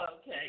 okay